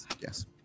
Yes